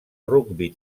rugbi